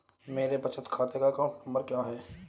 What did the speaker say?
मेरे बचत खाते का अकाउंट नंबर क्या है?